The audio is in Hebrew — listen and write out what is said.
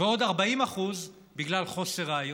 ועוד 40% בגלל חוסר ראיות,